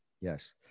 yes